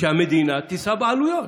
שהמדינה תישא בעלויות.